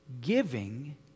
Giving